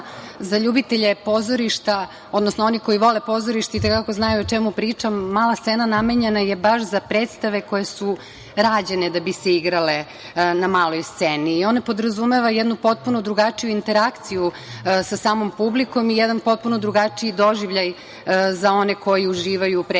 za ljubitelje pozorišta, odnosno oni koji vole pozorište i te kako znaju o čemu pričam, mala scena namenjena je baš za predstave koje su rađene da bi se igrale na maloj sceni i ona podrazumeva jednu potpuno drugačiju interakciju sa samom publikom i jedan potpuno drugačiji doživljaj za one koji uživaju u predstavama